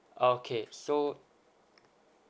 okay so